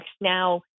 Now